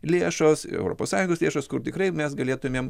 lėšos europos sąjungos lėšos kur tikrai mes galėtumėm